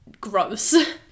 gross